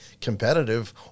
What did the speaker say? competitive